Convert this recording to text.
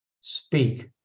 speak